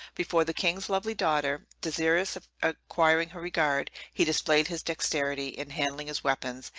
before the king's lovely daughter desirous of acquiring her regard, he displayed his dexterity in handling his weapons,